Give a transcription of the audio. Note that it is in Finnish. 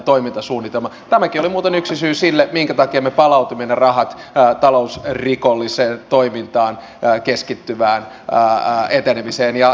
tämäkin oli muuten yksi syy sille minkä takia me palautimme ne rahat talousrikolliseen toimintaan keskittyvään etenemiseen